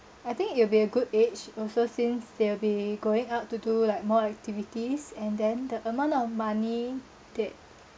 I think it'll be a good age also since they'll be going out to do like more activities and then the amount of money they